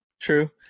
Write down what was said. True